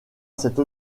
cette